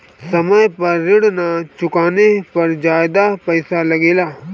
समय पर ऋण ना चुकाने पर ज्यादा पईसा लगेला?